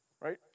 Right